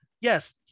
yes